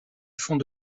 fond